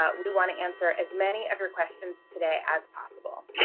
ah we want to answer as many of your questions today as possible.